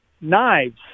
Knives